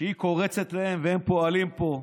שהיא קורצת להם, והם פועלים פה ככה,